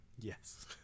yes